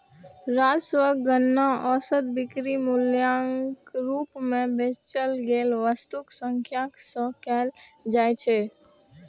राजस्वक गणना औसत बिक्री मूल्यक रूप मे बेचल गेल वस्तुक संख्याक सं कैल जाइ छै